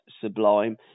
sublime